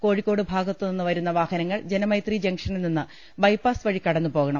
കോഴിക്കോട് ഭാഗത്തുനിന്ന് വരുന്ന വാഹ നങ്ങൾ ജനമൈത്രി ജങ്ഷനിൽനിന്ന് ബൈപ്പാസ് വഴി കടന്നുപോകണം